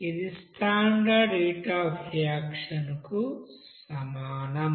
ఇది standard heat of reaction కు సమానం